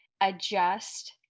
adjust